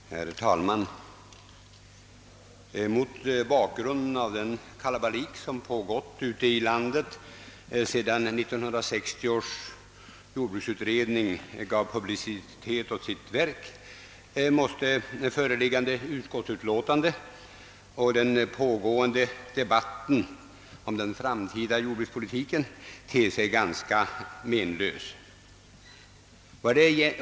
Herr talman! Mot bakgrunden av den kalabalik som rått ute i landet sedan 1960 års jordbruksutredning gav publicitet åt sitt verk måste föreliggande utskottsutlåtande och den pågående debatten om den framtida jordbrukspolitiken te sig ganska menlösa.